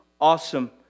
awesome